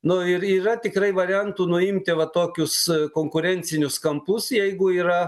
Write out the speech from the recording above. nu ir yra tikrai variantų nuimti va tokius konkurencinius kampus jeigu yra